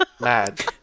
mad